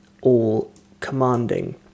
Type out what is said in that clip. all-commanding